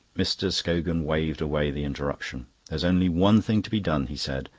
mr. scogan waved away the interruption. there's only one thing to be done, he said.